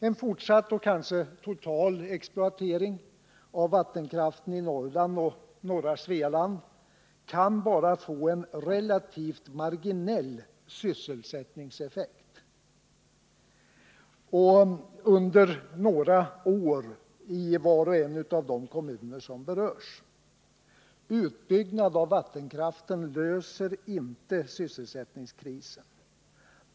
En fortsatt och kanske total exploatering av vattenkraften i Norrland och i norra Svealand kan bara få en relativt marginell sysselsättningseffekt under några år i var och en av de kommuner som berörs. Utbyggnad av vattenkraften löser inte sysselsättningskrisen.